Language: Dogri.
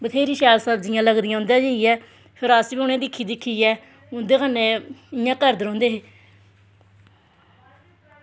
बथ्हेरी शैल सब्जी लगदी उंदे जाइयै ते फिर अस बी उनेंगी दिक्खी दिक्खियै उंदे कन्नै इ'यां करदे रौहंदे हे